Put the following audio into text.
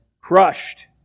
crushed